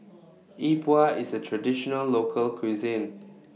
Yi Bua IS A Traditional Local Cuisine